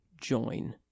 join